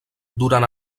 durant